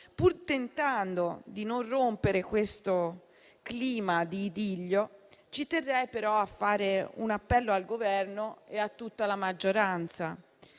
Pur tentando di non rompere questo clima di idillio, ci terrei però a fare un appello al Governo e a tutta la maggioranza.